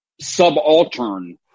subaltern